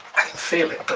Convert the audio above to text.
feel it